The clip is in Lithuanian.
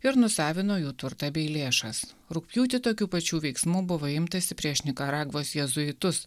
ir nusavino jų turtą bei lėšas rugpjūtį tokių pačių veiksmų buvo imtasi prieš nikaragvos jėzuitus